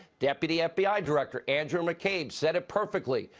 deputy ah fbi director andrew mccabe said it perfectly.